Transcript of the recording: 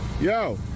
Yo